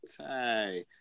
Hi